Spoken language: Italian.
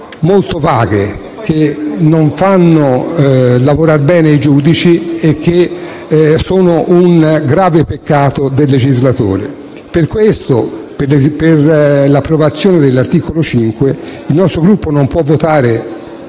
molto vaghe che non fanno lavorare bene i giudici e che sono un grave peccato del legislatore. Per tale ragione, essendo stato approvato l'articolo 5, il nostro Gruppo non può votare